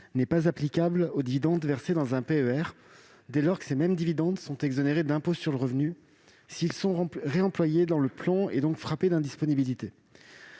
n'est pas applicable aux dividendes versés dans un PER, dès lors que ces mêmes dividendes sont exonérés d'impôt sur le revenu, s'ils sont réemployés dans le plan et donc frappés d'indisponibilité.